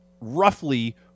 roughly